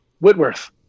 Whitworth